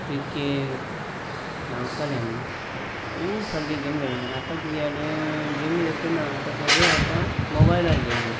cricket धांवताले आमी खूब सारकी गेमी खेळ्ळे आतां किदें जालें गेमी तशें ना आतां सगळें आतां मोबायलार गेमी